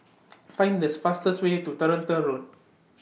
Find The This fastest Way to Toronto Road